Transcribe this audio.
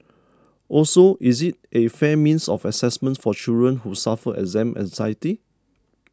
also is it a fair means of assessment for children who suffer exam anxiety